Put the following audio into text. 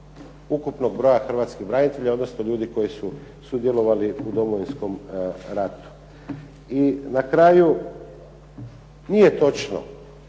ukupnog broja Hrvatskih branitelja odnosno ljudi koji su sudjelovali u Domovinskom ratu. Na kraju nije točno